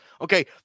Okay